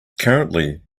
currently